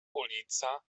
ulica